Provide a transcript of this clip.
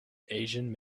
asian